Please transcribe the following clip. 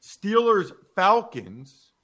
Steelers-Falcons